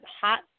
hot